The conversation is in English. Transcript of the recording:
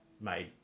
made